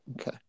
Okay